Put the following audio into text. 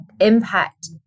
impact